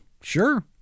sure